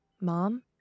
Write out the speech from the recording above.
Mom